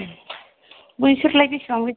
बैसोरलाय बेसेबां बेसेबां